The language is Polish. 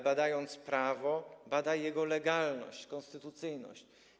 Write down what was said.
Badając prawo, bada jego legalność, konstytucyjność.